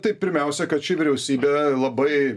tai pirmiausia kad ši vyriausybė labai